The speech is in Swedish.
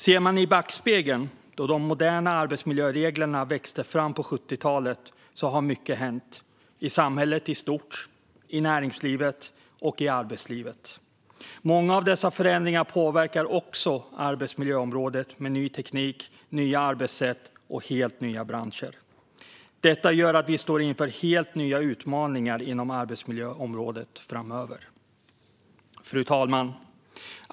Ser man i backspegeln på hur de moderna arbetsmiljöreglerna växte fram på 70-talet har mycket hänt, i samhället i stort, i näringslivet och i arbetslivet. Många av dessa förändringar påverkar också arbetsmiljöområdet med ny teknik, nya arbetssätt och helt nya branscher. Detta gör att vi framöver står inför helt nya utmaningar inom arbetsmiljöområdet. Fru talman!